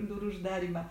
durų uždarymą